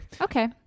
okay